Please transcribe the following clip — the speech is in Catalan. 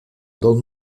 del